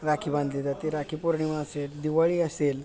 राखी बांधली जाते राखी पौर्णिमा असेल दिवाळी असेल